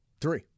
Three